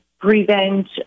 prevent